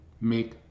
make